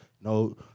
No